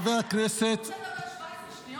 חבר הכנסת --- אתה רוצה לדבר 17 שניות?